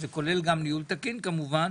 שזה כולל גם ניהול תקין כמובן,